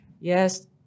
Yes